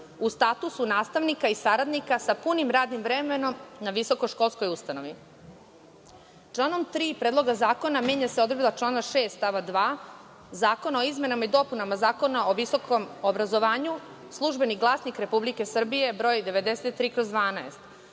u statusu nastavnika i saradnika sa punim radnim vremenom na visokoškolskoj ustanovi. Članom 3. Predloga zakona menja se odredba člana 6. stava 2. Zakona o izmenama i dopunama Zakona o visokom obrazovanju „Službeni glasnik Republike Srbije“ broj 93/12,